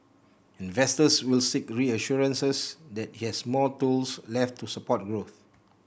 investors will seek reassurances that has more tools left to support growth